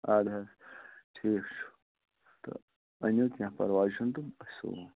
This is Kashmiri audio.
اَدٕ حظ ٹھیٖک چھُ تہٕ أنِو کیٚنٛہہ پَرواے چھُنہٕ تہٕ أسۍ سُووَو